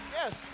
yes